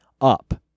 up